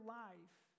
life